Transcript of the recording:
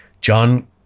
John